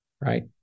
Right